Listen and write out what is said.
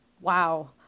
wow